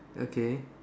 okay